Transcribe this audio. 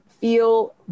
feel